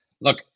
look